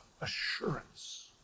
assurance